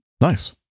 Nice